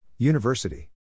University